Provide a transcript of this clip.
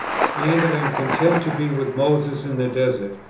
and i am content to be with moses in the desert,